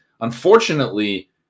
Unfortunately